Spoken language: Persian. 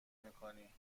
میکنی